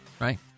right